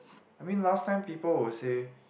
I mean last time people will say